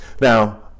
now